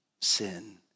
sin